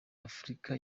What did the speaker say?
afurika